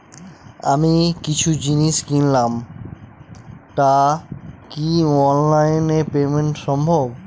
আমি কিছু জিনিস কিনলাম টা কি অনলাইন এ পেমেন্ট সম্বভ?